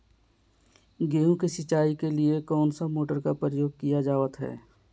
गेहूं के सिंचाई के लिए कौन सा मोटर का प्रयोग किया जावत है?